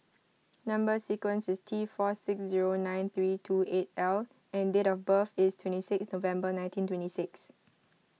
Number Sequence is T four six zero nine three two eight L and date of birth is twenty six November nineteen twenty six